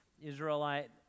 Israelite